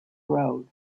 road